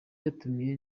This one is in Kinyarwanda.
yatumiye